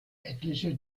etliche